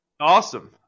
Awesome